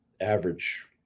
average